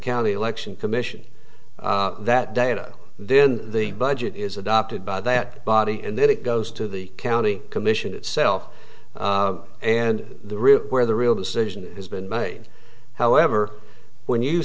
county election commission that data then the budget is adopted by that body and then it goes to the county commission itself and the route where the real decision has been made however when you